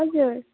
हजुर